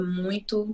muito